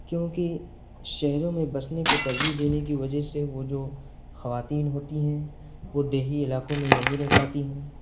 کیوںکہ شہروں میں بسنے کو ترجیح دینے کی وجہ سے وہ جو خواتین ہوتی ہیں وہ دیہی علاقوں میں نہیں رہ پاتی ہیں